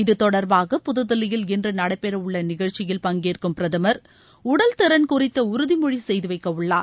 இது தொடர்பாக புதுதில்லியில் இன்று நடைபெறவுள்ள நிகழ்ச்சியில் பங்கேற்கும் பிரதமர் உடல் திறன் குறித்த உறுதிமொழி செய்துவைக்க உள்ளார்